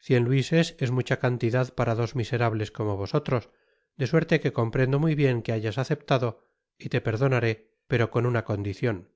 cien luises es mucha cantidad para dos miserables como vosotros de suerte que comprendo muy bien que hayas aceptado y te perdonaré pero con una condicion